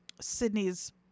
Sydney's